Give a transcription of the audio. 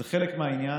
זה חלק מהעניין.